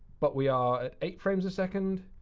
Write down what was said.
but we are at eight frames a second,